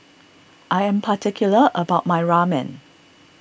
I am particular about my Ramen